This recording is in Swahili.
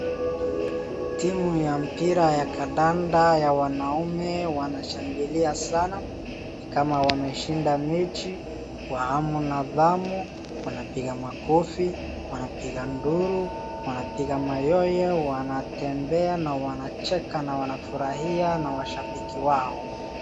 Timu ya mpira ya kandanda ya wanaume wanashangilia sana, ni kama wameshinda mechi. Kwa hamu na ghamu, wanapiga makofi, wanapiga nduru, wanapiga mayowe, wanatembea na wanacheka na wanafurahia na washabiki wao.